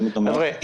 חבר'ה,